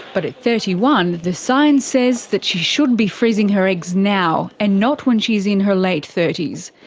but at thirty one the science says that she should be freezing her eggs now, and not when she's in her late thirty s.